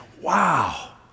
wow